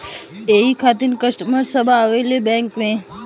यही खातिन कस्टमर सब आवा ले बैंक मे?